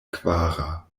kvara